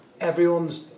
everyone's